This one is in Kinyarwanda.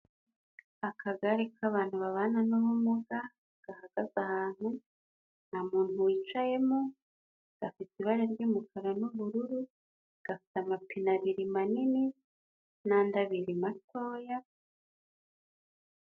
Akagare k'abantu babana n'ubumuga gahagaze ahantu, nta muntu wicayemo, gafite ibara ry'umukara n'ubururu, gafite amapine abiri manini n'andi abiri matoya.